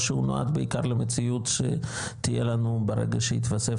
או שהוא נועד בעיקר למציאות שתהיה לנו ברגע שיתווסף